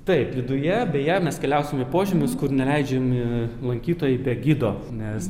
taip viduje beje mes keliausim į požemius kur neįleidžiami lankytojai be gido nes